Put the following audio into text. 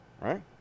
right